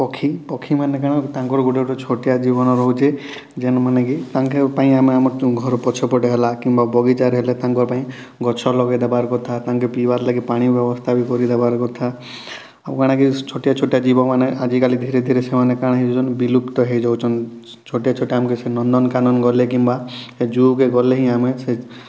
ପକ୍ଷୀ ପକ୍ଷୀମାନେ କାଣା ତାଙ୍କର୍ ଗୁଟେ ଗୁଟେ ଛୋଟିଆ ଜୀବନ ରହୁଛେ ଯେନ୍ମାନେ କି ତାଙ୍କର୍ ପାଇଁ ଆମେ ଆମର୍ ଘର ପଛପଟେ ହେଲା କିମ୍ବା ବଗିଚାରେ ହେଲେ ତାଙ୍କପାଇଁ ଗଛ ଲଗେଇ ଦେବାର୍ କଥା ତାଙ୍କେ ପିଇବାର୍ ଲାଗି ପାଣି ବ୍ୟବସ୍ଥା ବି କରିଦେବାର୍ କଥା ଆଉ କାଣାକି ଛୋଟିଆ ଛୋଟିଆ ଜୀବମାନେ ଆଜିକାଲି ଧିରେ ଧିରେ ସେମାନେ କାଣା ହେଉଛନ୍ ବିଲୁପ୍ତ ହେଇଯାଉଛନ୍ ଛୋଟିଆ ଛୋଟିଆ ଆମ୍କେ ସେ ନନ୍ଦନକାନନ ଗଲେ କିମ୍ବା ସେ ଜୁ କେ ଗଲେ ହିଁ ଆମେ ସେ